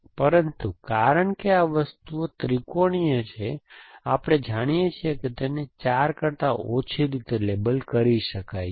પરંતુ કારણ કે આ વસ્તુઓ ત્રિકોણીય છે આપણે જાણીએ છીએ કે તેને 4 કરતાં ઓછી રીતે લેબલ કરી શકાય છે